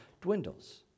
dwindles